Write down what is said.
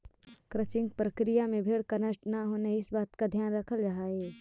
crutching प्रक्रिया में भेंड़ को कष्ट न हो, इस बात का ध्यान रखल जा हई